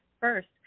first